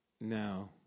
No